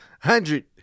hundred